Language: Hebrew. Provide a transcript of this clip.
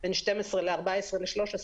בין 12 ל-14 ל-13,